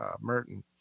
Merton